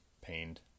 pained